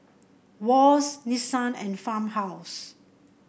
Wall's Nissan and Farmhouse